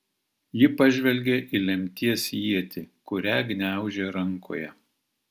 ji pažvelgė į lemties ietį kurią gniaužė rankoje